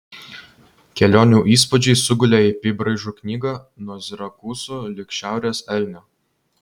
kelionių įspūdžiai sugulė į apybraižų knygą nuo sirakūzų lig šiaurės elnio